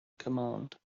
command